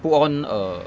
put on a